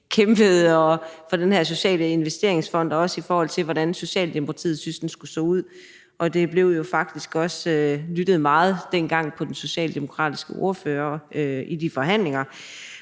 kæmpede for Den Sociale Investeringsfond, også i forhold til, hvordan Socialdemokratiet syntes, at den skulle se ud. Der blev jo faktisk også den gang lyttet meget til den socialdemokratiske ordfører i de forhandlinger.